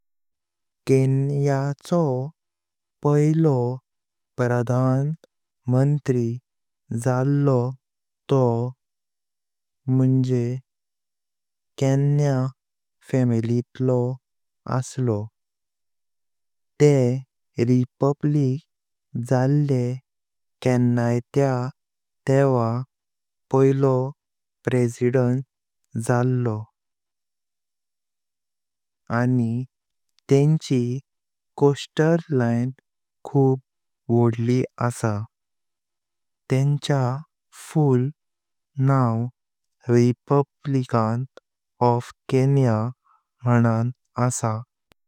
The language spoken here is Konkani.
केन्याचो पैलो प्रधानमंत्री झालो तो मणे केन्या फॅमिलीट लो आसलो। ते रिपब्लिक झाले केन्याटा तेवा पैलो प्रेसिडेंट झालो आनी तेंची कोस्टल लाइन खूप वोडली आसा। तेन्का फुल नाव रिपब्लिकन ऑफ केन्या मणन आसा।